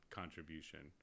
contribution